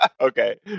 Okay